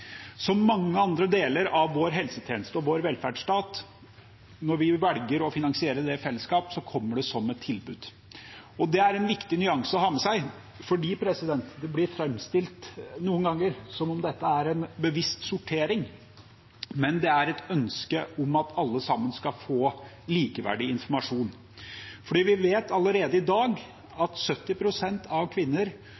Som mange andre deler av vår helsetjeneste og velferdsstat – når vi velger å finansiere det i fellesskap, kommer det som et tilbud. Det er en viktig nyanse å ha med seg, for noen ganger blir det framstilt som om dette er en bevisst sortering, men det er et ønske om at alle sammen skal få likeverdig informasjon. Vi vet allerede i dag